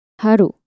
Haru